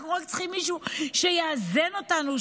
אנחנו רק צריכים מישהו שיאזן אותנו,